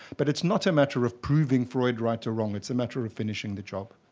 but it's not a matter of proving freud right or wrong, it's a matter of finishing the job.